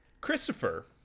christopher